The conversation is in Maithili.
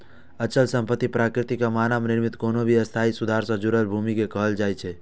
अचल संपत्ति प्राकृतिक या मानव निर्मित कोनो भी स्थायी सुधार सं जुड़ल भूमि कें कहल जाइ छै